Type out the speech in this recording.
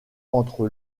entre